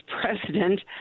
president